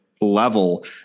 level